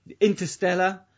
Interstellar